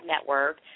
network